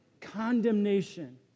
condemnation